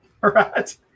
Right